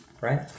right